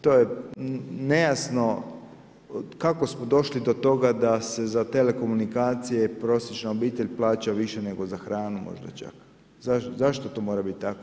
To je nejasno, kako smo došli do toga da se za telekomunikacije prosječna obitelj plaća više nego za hranu, možda čak, zašto to mora biti tako?